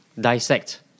dissect